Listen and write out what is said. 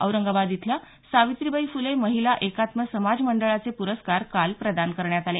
औरंगाबाद इथल्या सावित्रीबाई फुले महिला एकात्म समाज मंडळाचे प्रस्कार काल प्रदान करण्यात आले